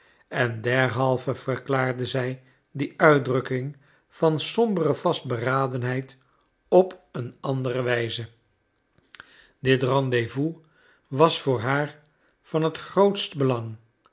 en derhalve verklaarde zij die uitdrukking van sombere vastberadenheid op een andere wijze dit rendez-vous was voor haar van het grootst belang